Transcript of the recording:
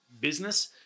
business